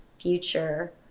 future